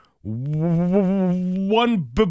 one